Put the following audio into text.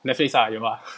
Netflix 啊有啊